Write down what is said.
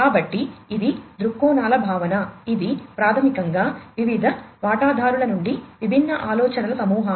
కాబట్టి ఇది దృక్కోణాల భావన ఇది ప్రాథమికంగా వివిధ వాటాదారుల నుండి విభిన్న ఆలోచనల సమాహారం